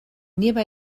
nearby